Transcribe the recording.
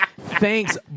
Thanks